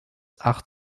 acht